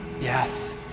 Yes